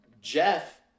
Jeff